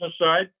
side